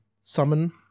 Summon